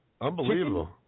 Unbelievable